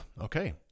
okay